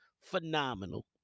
phenomenal